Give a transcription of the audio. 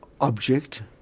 object